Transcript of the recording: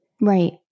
Right